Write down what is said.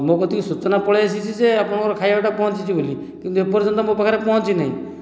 ମୋ କତିକି ସୂଚନା ପଳେଇ ଆସିଛି ଯେ ଆପଣଙ୍କର ଖାଇବାଟା ପହଞ୍ଚିଛି ବୋଲି କିନ୍ତୁ ଏପର୍ଯ୍ୟନ୍ତ ମୋ ପାଖରେ ପହଞ୍ଚି ନାହିଁ